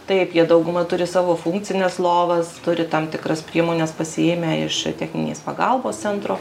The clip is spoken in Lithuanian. taip jie dauguma turi savo funkcines lovas turi tam tikras priemones pasiėmę iš techninės pagalbos centro